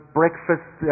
breakfast